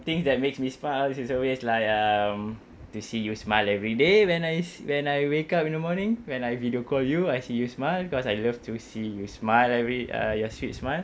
things that makes me smile it's it's always like um to see you smile every day when I when I wake up in the morning when I video call you I see you smile because I love to see you smile every uh your sweet smile